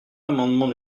l’amendement